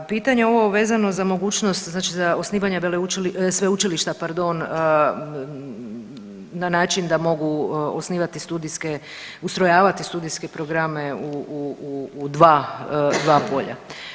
Pitanje ovo vezano za mogućnost, znači za osnivanje .../nerazumljivo/... sveučilišta, pardon, na način da mogu osnivati studijske, ustrojavati studijske programe u 2 polja.